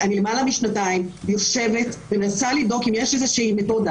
אני למעלה משנתיים יושבת ומנסה לבדוק אם יש איזושהי מתודה,